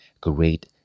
great